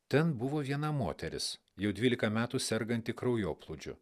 ten buvo viena moteris jau dvylika metų serganti kraujoplūdžiu